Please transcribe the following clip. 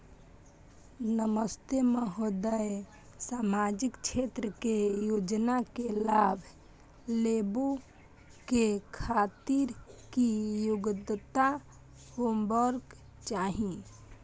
नमस्ते महोदय, सामाजिक क्षेत्र के योजना के लाभ लेबै के खातिर की योग्यता होबाक चाही?